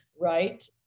right